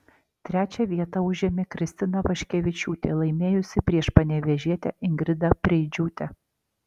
trečią vietą užėmė kristina vaškevičiūtė laimėjusi prieš panevėžietę ingridą preidžiūtę